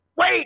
wait